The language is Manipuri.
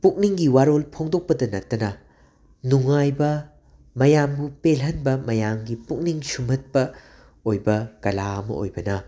ꯄꯨꯛꯅꯤꯡꯒꯤ ꯋꯥꯔꯣꯜ ꯐꯣꯡꯗꯣꯛꯄꯗ ꯅꯠꯇꯅ ꯅꯨꯡꯉꯥꯏꯕ ꯃꯌꯥꯝꯕꯨ ꯄꯦꯜꯍꯟꯕ ꯃꯌꯥꯝꯒꯤ ꯄꯨꯛꯅꯤꯡ ꯁꯨꯝꯍꯠꯄ ꯑꯣꯏꯕ ꯀꯂꯥ ꯑꯃ ꯑꯣꯏꯕꯅ